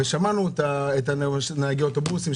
שמענו את נהגי האוטובוסים,